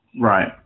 Right